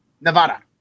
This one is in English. Nevada